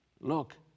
Look